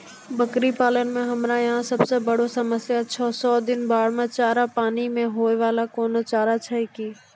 बकरी पालन मे हमरा यहाँ सब से बड़ो समस्या छै सौ दिन बाढ़ मे चारा, पानी मे होय वाला कोनो चारा छै कि?